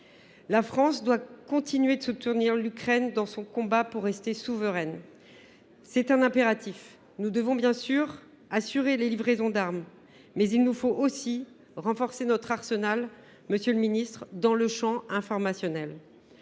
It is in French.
La France doit continuer à soutenir l’Ukraine dans son combat pour rester souveraine. C’est un impératif. Nous devons bien sûr assurer les livraisons d’armes, mais il nous faut aussi renforcer notre arsenal. Monsieur le ministre, dans le champ informationnel,